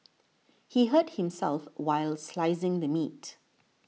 he hurt himself while slicing the meat